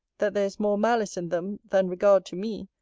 that there is more malice in them, than regard to me,